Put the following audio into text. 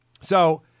So-